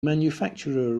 manufacturer